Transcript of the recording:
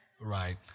Right